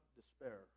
despair